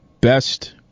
best